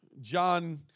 John